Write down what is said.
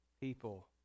people